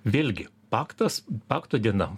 vėlgi paktas pakto diena